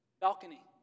balcony